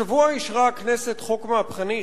השבוע אישרה הכנסת חוק מהפכני,